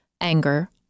anger